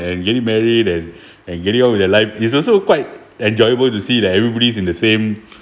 and getting married and and getting old with their life is also quite enjoyable to see that everybody in the same